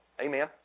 Amen